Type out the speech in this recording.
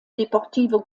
deportivo